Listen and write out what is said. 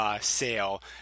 sale